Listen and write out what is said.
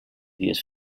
dies